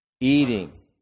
eating